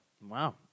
Wow